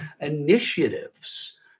initiatives